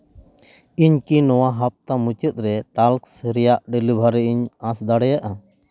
ᱤᱧᱠᱤ ᱱᱚᱣᱟ ᱦᱟᱯᱛᱟ ᱢᱩᱪᱟᱹᱫ ᱨᱮ ᱴᱟᱞᱥ ᱨᱮᱭᱟᱜ ᱰᱮᱞᱤᱵᱷᱟᱨᱤᱧ ᱟᱸᱥ ᱫᱟᱲᱮᱭᱟᱜᱼᱟ